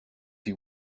you